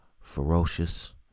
Ferocious